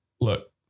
look